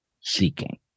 seeking